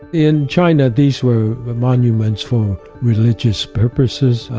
in china, these were were monuments for religious purposes,